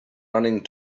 running